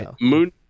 Moon